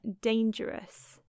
dangerous